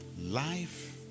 Life